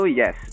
yes